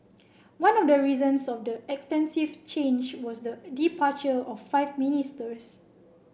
one of the reasons of the extensive change was the departure of five ministers